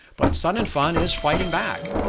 but sun n fun is fighting back.